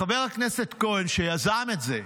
חבר הכנסת כהן, שיזם את זה,